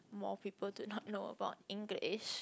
more people do not know about English